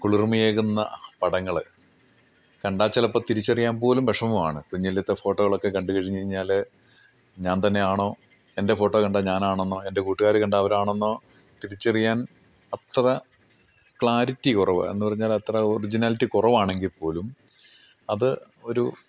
കുളിർമയേകുന്ന പടങ്ങൾ കണ്ടാൽ ചിലപ്പം തിരിച്ചറിയാൻ പോലും വിഷമമാണ് കുഞ്ഞിലത്തെ ഫോട്ടോകളൊക്കെ കണ്ടു കഴിഞ്ഞ് കഴിഞ്ഞാൽ ഞാൻ തന്നെയാണോ എൻ്റെ ഫോട്ടോ കണ്ടാൽ ഞാനാണെന്നോ എൻ്റെ കൂട്ടുകാരെ കണ്ടാൽ അവരാണെന്നോ തിരിച്ചറിയാൻ അത്ര ക്ലാരിറ്റി കുറവ് എന്ന് പറഞ്ഞാൽ അത്ര ഒറിജിനാലിറ്റി കുറവാണെങ്കിൽ പോലും അത് ഒരു